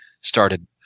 started